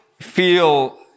feel